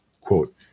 quote